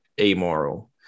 amoral